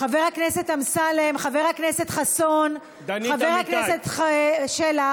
חבר הכנסת אמסלם, חבר הכנסת חסון, חבר הכנסת שלח.